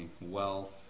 wealth